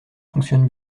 fonctionne